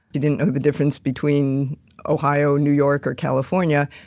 she didn't know the difference between ohio, new york or california,